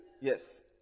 Yes